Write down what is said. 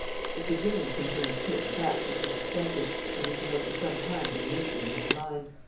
this again confirmed certain facts which he suspected and which he had for some time been linking in his mind.